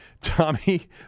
Tommy